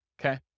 Okay